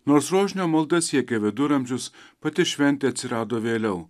nors rožinio malda siekia viduramžius pati šventė atsirado vėliau